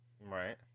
Right